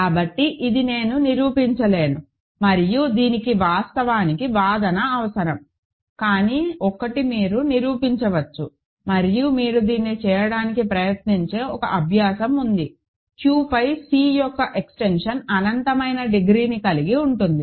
కాబట్టి ఇది నేను నిరూపించలేను మరియు దీనికి వాస్తవానికి వాదన అవసరం కానీ ఒకరు దీనిని నిరూపించవచ్చు మరియు మీరు దీన్ని చేయడానికి ప్రయత్నించే ఒక అభ్యాసం ఉంది Q పై C యొక్క ఎక్స్టెన్షన్ అనంతమైన డిగ్రీని కలిగి ఉంటుంది